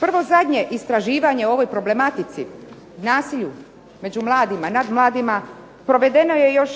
Prvo zadnje istraživanje o ovoj problematici, nasilju među mladima, nad mladima provedeno je još